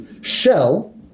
shell